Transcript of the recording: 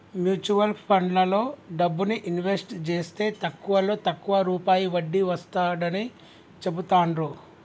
mutual ఫండ్లలో డబ్బుని invest జేస్తే తక్కువలో తక్కువ రూపాయి వడ్డీ వస్తాడని చెబుతాండ్రు